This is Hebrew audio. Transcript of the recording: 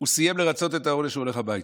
כשהוא סיים לרצות את העונש, הוא הולך הביתה.